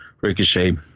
Ricochet